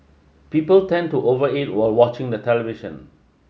people tend to over eat while watching the television